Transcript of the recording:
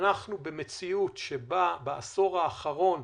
בעשור האחרון,